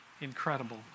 incredible